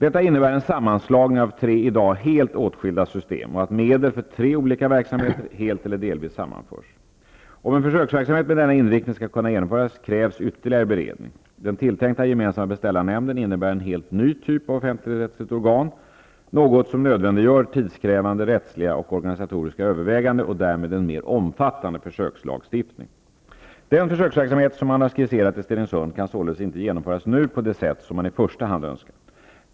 Detta innebär en sammanslagning av tre i dag helt åtskilda system och att medel för tre olika verksamheter helt eller delvis sammanförs. Om en försöksverksamhet med denna inriktning skall kunna genomföras krävs ytterligare beredning. Den tilltänkta gemensamma beställarnämnden innebär en helt ny typ av offentligrättsligt organ, något som nödvändiggör tidskrävande rättsliga och organisatoriska överväganden och därmed en mer omfattande försökslagstiftning. Den försöksverksamhet som man har skisserat i Stenungsund kan således inte genomföras nu på det sätt som man i första hand önskar.